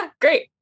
great